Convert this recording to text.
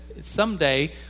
someday